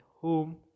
home